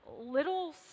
little